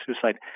suicide